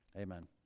Amen